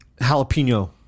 jalapeno